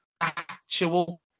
actual